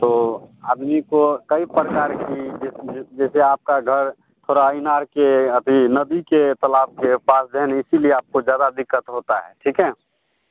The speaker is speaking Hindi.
तो आदमी को कई प्रकार की जिस जैसे आपका घर थोड़ा इनार के अथि नदी के तलाब के पास है न इसीलिए आपको ज़्यादा दिक्कत होता है ठीक है